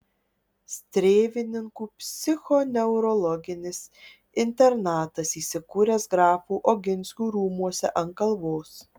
strėvininkų psichoneurologinis internatas įsikūręs grafų oginskių rūmuose ant kalvos